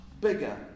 bigger